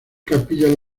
capillas